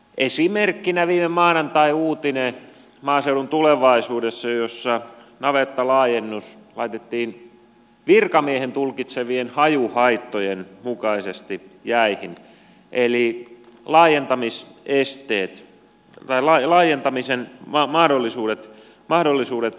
esimerkkinä viime maanantain maaseudun tulevaisuudessa uutinen että navettalaajennus laitettiin virkamiehen tulkitsemien hajuhaittojen mukaisesti jäihin eli laajentamisen mahdollisuudet kumottiin